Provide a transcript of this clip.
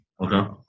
Okay